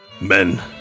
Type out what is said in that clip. men